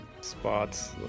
spots